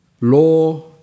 law